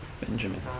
Benjamin